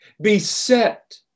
beset